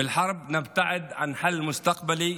במלחמה אנחנו מתרחקים מפתרון עתידי.